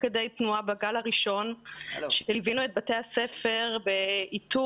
כדי תנועה בגל הראשון ליווינו את בתי הספר באיתור